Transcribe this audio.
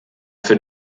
für